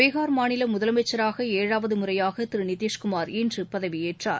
பீகார் மாநிலமுதலமுச்சராகளழாவதுமுறையாகதிருநிதிஷ்குமாா் இன்றுபதவியேற்றார்